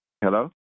Hello